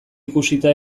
ikusita